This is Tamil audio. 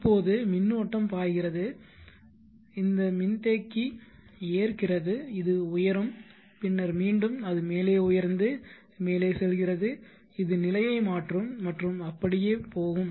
இப்போது மின்னோட்டம் பாய்கிறது இந்த மின்தேக்கி ஏற்கிறது இது உயரும் பின்னர் மீண்டும் அது மேலே உயர்ந்து மேலே செல்கிறது இது நிலையை மாற்றும் மற்றும் அப்படியே போகும்